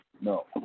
No